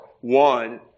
one